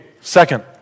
second